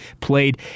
played